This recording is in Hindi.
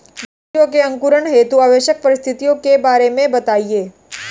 बीजों के अंकुरण हेतु आवश्यक परिस्थितियों के बारे में बताइए